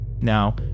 Now